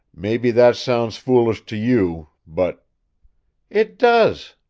maybe that sounds foolish to you. but it does,